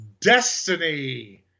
Destiny